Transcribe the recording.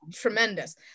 tremendous